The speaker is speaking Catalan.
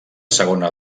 segona